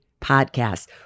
podcast